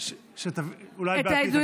אולי בעתיד,